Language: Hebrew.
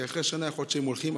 כי אחרי שנה יכול להיות שהם הולכים,